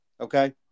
Okay